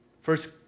First